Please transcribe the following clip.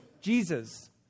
Jesus